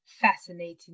Fascinating